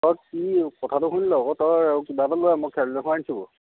অঁ কি কথাটো শুনি ল আকৌ তই আৰু কিবা এটা লৈ আন মই খেয়ালি জালখন আনিছো